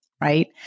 right